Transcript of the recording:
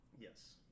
Yes